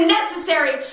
necessary